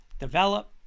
Develop